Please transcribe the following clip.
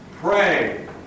pray